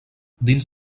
dins